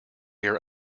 your